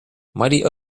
mighty